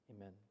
Amen